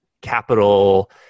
capital